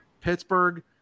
Pittsburgh